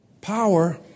power